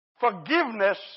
forgiveness